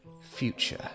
future